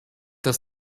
dass